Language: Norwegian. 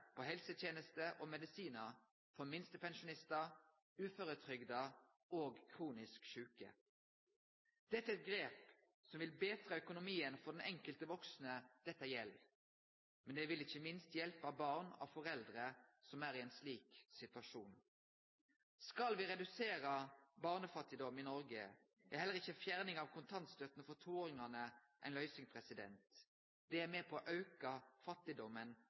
på helsetenester og medisinar for minstepensjonistar, uføretrygda og kronisk sjuke. Dette er grep som vil betre økonomien for den enkelte vaksne dette gjeld, men det vil ikkje minst hjelpe barn av foreldre som er i ein slik situasjon. Skal me redusere barnefattigdom i Noreg, er heller ikkje fjerning av kontantstøtta for toåringane ei løysing. Det er med på å